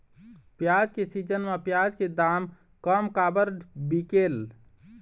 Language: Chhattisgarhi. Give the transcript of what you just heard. प्याज के सीजन म प्याज के दाम कम काबर बिकेल?